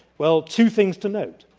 well two things to note.